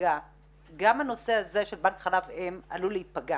גם הנושא הזה של בנק חלב אם עלול להיפגע